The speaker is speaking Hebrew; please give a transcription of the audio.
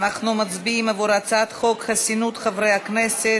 אנחנו מצביעים על הצעת חוק חסינות חברי הכנסת,